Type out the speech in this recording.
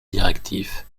directif